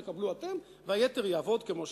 אתם תקבלו, והיתר יעבוד כמו שצריך.